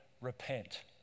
repent